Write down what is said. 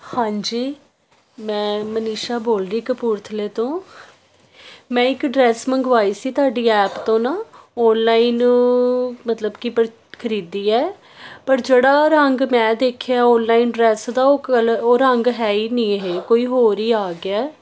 ਹਾਂਜੀ ਮੈਂ ਮਨੀਸ਼ਾ ਬੋਲਦੀ ਕਪੂਰਥਲੇ ਤੋਂ ਮੈਂ ਇੱਕ ਡਰੈਸ ਮੰਗਵਾਈ ਸੀ ਤੁਹਾਡੀ ਐਪ ਤੋਂ ਨਾ ਔਨਲਾਈਨ ਮਤਲਬ ਕਿ ਪ ਖਰੀਦੀ ਹੈ ਪਰ ਜਿਹੜਾ ਰੰਗ ਮੈਂ ਦੇਖਿਆ ਔਨਲਾਈਨ ਡਰੈਸ ਦਾ ਉਹ ਕਲ ਉਹ ਰੰਗ ਹੈ ਹੀ ਨਹੀਂ ਇਹ ਕੋਈ ਹੋਰ ਹੀ ਆ ਗਿਆ ਹੈ